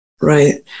Right